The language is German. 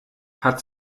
hat